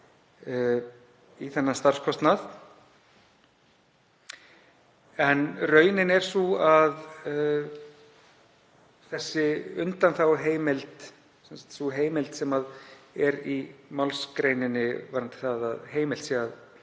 í þennan starfskostnað. En raunin er sú að þessi undanþáguheimild, sú heimild sem er í málsgreininni varðandi það að heimilt sé að